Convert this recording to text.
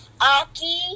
Aki